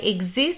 exist